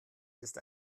ist